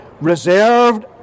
reserved